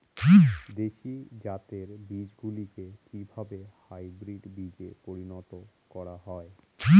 দেশি জাতের বীজগুলিকে কিভাবে হাইব্রিড বীজে পরিণত করা হয়?